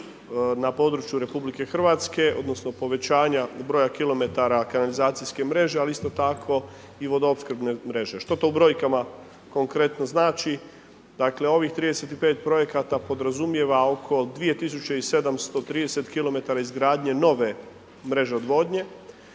na području RH, odnosno, povećanja broja kilometara kanalizacijske mreže, ali isto tako i vodoopskrbne mreže. Što u brojkama konkretno znači? Dakle, ovih 35 projekata podrazumijeva oko 2730 km izgradnje nove mreže odvodnje,